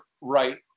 right